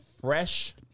fresh